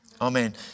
Amen